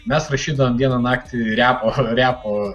mes rašydavom dieną naktį repo repo